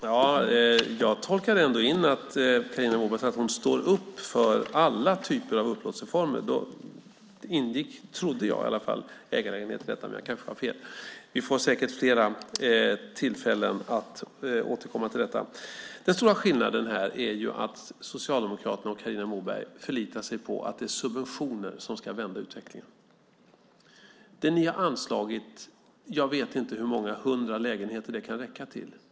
Herr talman! När Carina Moberg säger att hon står upp för alla typer av upplåtelseformer tolkar jag det så att i det även ingår ägarlägenheter. Men jag kanske har fel. Vi får säkert tillfälle att återkomma till det. Den stora skillnaden här är att Socialdemokraterna och Carina Moberg förlitar sig på att det är subventioner som ska vända utvecklingen. Jag vet inte hur många hundra lägenheter de pengar ni anslagit kan räcka till.